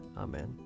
Amen